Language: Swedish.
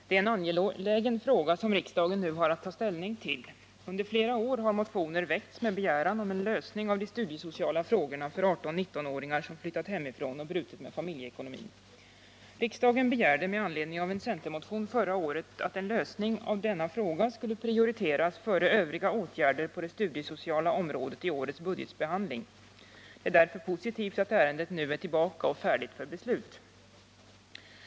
Herr talman! Det är en angelägen fråga som riksdagen nu har att ta ställning Onsdagen den till. Under flera år har motioner väckts med begäran om en lösning av de 9 maj 1979 studiesociala frågorna för 18-19-åringar som flyttat hemifrån och brutit med familjeekonomin. Riksdagen begärde med anledning av en centermotion — Förbättrat studieförra året att en lösning av denna fråga skulle prioriteras före övriga åtgärder stöd till 18-19 på det studiesociala området i årets budgetbehandling. Det är därför positivt att ärendet nu är tillbaka och färdigt för beslut.